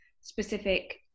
specific